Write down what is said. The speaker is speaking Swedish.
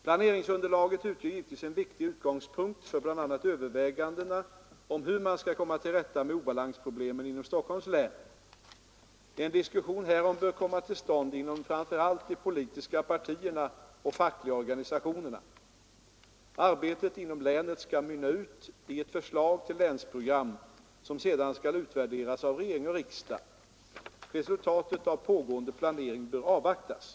Planeringsunderlaget utgör givetvis en viktig utgångspunkt för bl.a. övervägandena om hur man skall komma till rätta med obalansproblemen inom Stockholms län. En diskussion härom bör komma till stånd inom framför allt de politiska partierna och fackliga organisationerna. Arbetet inom länet skall mynna ut i ett förslag till länsprogram som sedan skall utvärderas av regering och riksdag. Resultatet av pågående planering bör avvaktas.